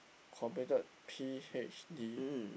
completed PhD